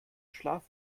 schlaf